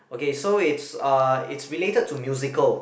okay so it's it's uh related to musical